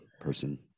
person